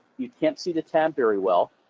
you can't see the tab very well,